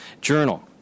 Journal